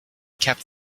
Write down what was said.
kept